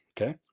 Okay